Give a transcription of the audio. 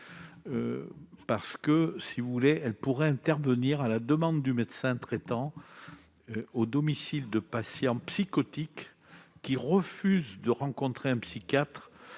très importantes, car elles pourraient intervenir à la demande du médecin traitant au domicile de patients psychotiques qui refusent de rencontrer un psychiatre